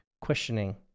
questioning